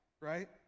right